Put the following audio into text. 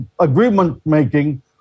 agreement-making